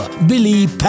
Billy